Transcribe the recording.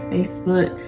Facebook